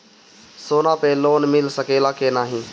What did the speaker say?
सोना पे लोन मिल सकेला की नाहीं?